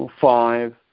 five